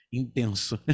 intenso